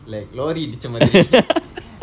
like lorry இடிச்ச மாதிரி:idiccha mathiri